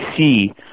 see